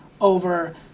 over